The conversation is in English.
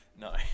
No